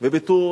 ובתור